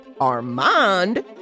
Armand